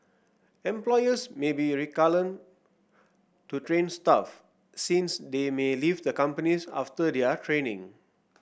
employers may be reluctant to train staff since they may leave the companies after their training